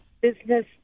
business